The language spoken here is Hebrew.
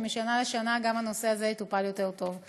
ושמשנה לשנה גם הנושא הזה יטופל יותר טוב.